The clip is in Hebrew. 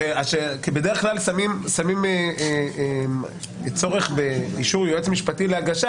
בדרך כלל שמים צורך באישור יועץ משפטי להגשת